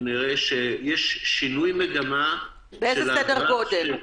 נראה שיש שינוי מגמה של התחלואה -- באיזה סדר-גודל?